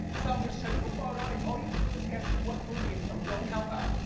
so i'm gonna show you a photo and all you have to do is guess what movie it's from, don't help her.